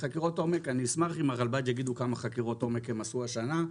אני אשמח אם הרלב"ד יגידו כמה חקירות עומק הם עשו השנה.